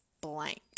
blank